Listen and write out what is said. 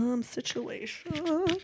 Situation